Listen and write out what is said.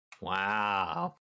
Wow